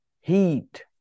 heat